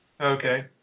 Okay